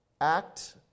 act